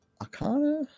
Arcana